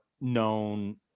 known